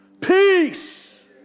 Peace